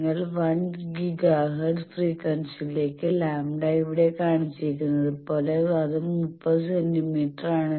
നിങ്ങളുടെ 1 gigahertz ഫ്രീക്വൻസിക്ക് lambda ഇവിടെ കാണിച്ചിരിക്കുന്നത് പോലെ അത് 30 സെന്റീമീറ്ററാണ്